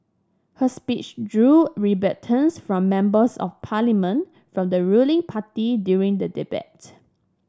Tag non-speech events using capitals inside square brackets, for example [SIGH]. her speech drew [UNINTELLIGIBLE] from Members of Parliament from the ruling party during the debate